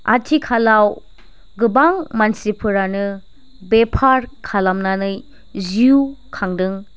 आथिखालाव गोबां मानसिफोरानो बेफार खालामनानै जिउ खांदों